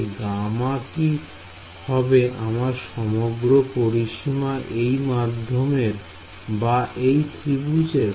তাই গামা কি হবে আমার সমগ্র পরিসীমা এই মাধ্যমের বা এই ত্রিভুজের